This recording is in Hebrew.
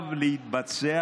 חייב להתבצע,